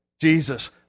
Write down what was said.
Jesus